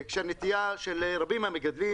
כשהנטייה של רבים מהמגדלים,